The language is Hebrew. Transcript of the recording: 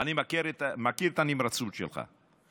אני מכיר את הנמרצות שלך,